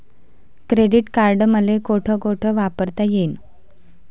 Credit card मले कोठ कोठ वापरता येईन?